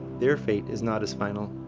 their fate is not as final.